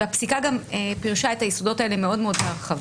והפסיקה גם פירשה את היסודות האלה מאוד מאוד בהרחבה.